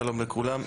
שלום לכולם.